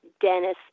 Dennis